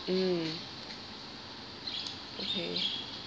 mm okay